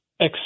ex